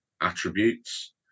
attributes